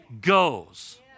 goes